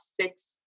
six